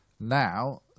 Now